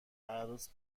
عروس